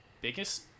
biggest